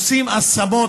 עושים השמות.